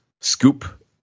scoop